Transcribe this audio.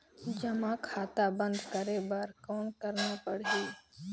जमा खाता बंद करे बर कौन करना पड़ही?